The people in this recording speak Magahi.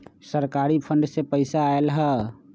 सरकारी फंड से पईसा आयल ह?